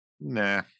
Nah